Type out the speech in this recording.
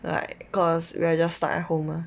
like cause we're just stuck at home mah